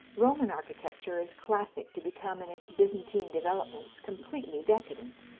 roman architecture is classic to become in its byzantine developments completely decadent,